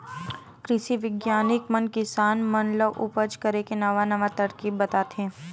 कृषि बिग्यानिक मन किसान मन ल उपज करे के नवा नवा तरकीब बताथे